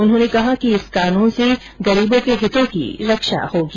उन्होंने कहा कि इस कानून से गरीबों के हितों की रक्षा होगी